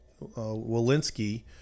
Walensky